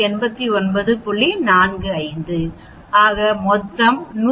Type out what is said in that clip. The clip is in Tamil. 45 ஆக மொத்தம் 178